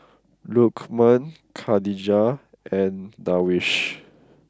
Lokman Khatijah and Darwish